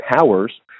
powers